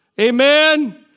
amen